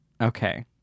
Okay